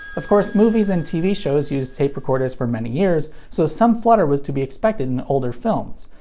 of course, movies and tv shows used tape recorders for many years, so some flutter was to be expected in older films.